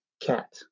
Cat